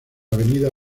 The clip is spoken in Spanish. avenida